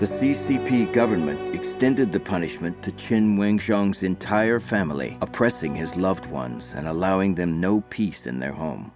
the c c p government extended the punishment to chen wing showings entire family oppressing his loved ones and allowing them no peace in their home